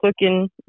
looking